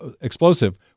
explosive